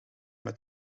met